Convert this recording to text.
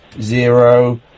zero